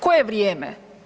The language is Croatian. Koje vrijeme?